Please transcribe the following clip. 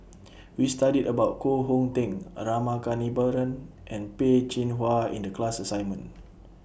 We studied about Koh Hong Teng A Rama Kannabiran and Peh Chin Hua in The class assignment